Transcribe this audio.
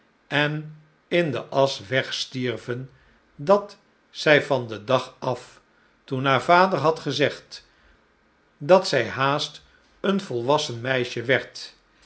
en in de asch wegstierven dat zij van den dag af toen haar vader had gezegd dat zij haast een volwassen meisje werd